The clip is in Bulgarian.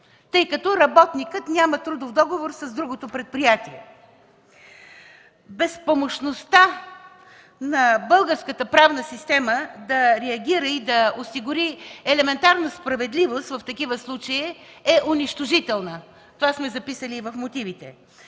тъй като работникът няма трудов договор с другото предприятие. Безпомощността на българската правна система да реагира и осигури елементарна справедливост в такива случаи е унищожителна. Това сме записали и в мотивите.